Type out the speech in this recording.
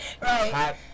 Right